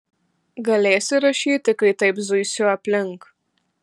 galėsi rašyti kai taip zuisiu aplink